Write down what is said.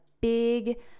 big